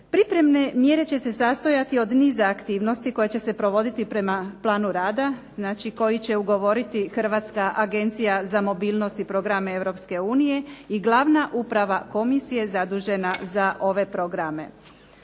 Pripremne mjere će se sastojati od niza aktivnosti koje će se provoditi prema planu radu koji će ugovoriti Hrvatska agencija za mobilnost i programe Europske unije i Glavna uprava komisije zadužena za ove programe.